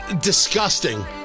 Disgusting